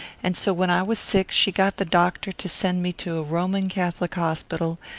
and so when i was sick she got the doctor to send me to a roman catholic hospital,